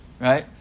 right